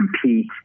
compete